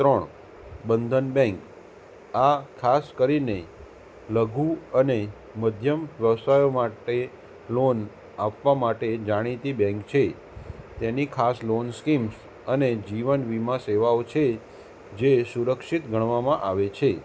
ત્રણ બંધન બેન્ક આ ખાસ કરીને લઘુ અને મધ્યમ વ્યવસાયો માટે લોન આપવા માટે જાણીતી બેન્ક છે તેની ખાસ લોન સ્કીમ્સ અને જીવનવીમા સેવાઓ છે જે સુરક્ષિત ગણવામાં આવે છે